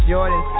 Jordan